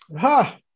Ha